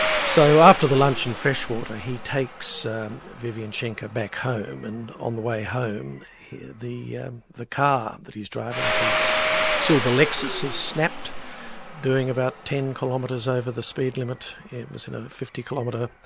so after the lunch in freshwater, he takes vivian schenker back home and on the way home the the car that he's driving, his silver lexus, is snapped doing about ten kilometres over the speed limit. it was in a fifty kilometre